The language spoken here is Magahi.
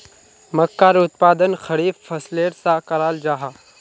मक्कार उत्पादन खरीफ फसलेर सा कराल जाहा